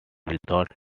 without